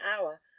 hour